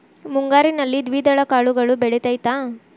ಮುಂಗಾರಿನಲ್ಲಿ ದ್ವಿದಳ ಕಾಳುಗಳು ಬೆಳೆತೈತಾ?